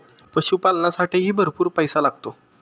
पशुपालनालासाठीही भरपूर पैसा लागतो